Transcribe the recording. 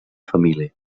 família